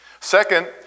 Second